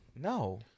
No